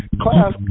class